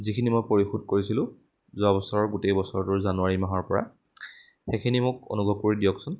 যিখিনি মই পৰিশোধ কৰিছিলোঁ যোৱা বছৰৰ গোটেই বছৰটোৰ জানুৱাৰী মাহৰ পৰা সেইখিনি মোক অনুগ্ৰহ কৰি দিয়কচোন